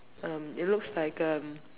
um it looks like a um